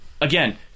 again